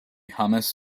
hummus